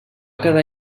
quedar